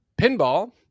Pinball